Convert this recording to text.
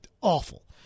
awful